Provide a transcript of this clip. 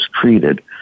treated